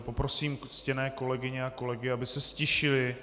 Poprosím ctěné kolegyně a kolegy, aby se ztišili.